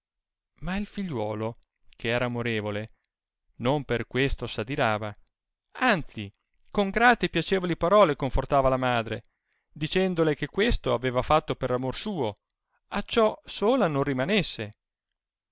ma il figliuolo che era amorevole non per questo s'adirava anzi con grate e piacevoli parole confortava la madre dicendole che questo aveva fatto per amor suo acciò sola non rimanesse